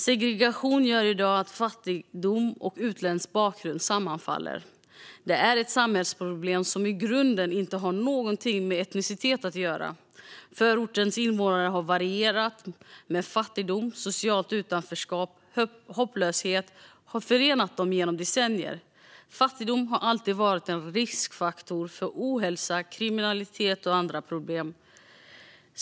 Segregationen gör i dag att fattigdom och utländsk bakgrund sammanfaller. Det är ett samhällsproblem som i grunden inte har någonting med etnicitet att göra. Förortens invånare har varierat, men fattigdom, socialt utanförskap och hopplöshet har förenat dem genom decennier. Fattigdom har alltid varit en riskfaktor för ohälsa, kriminalitet och andra problem.